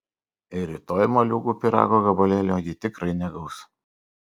ir rytoj moliūgų pyrago gabalėlio ji tikrai negaus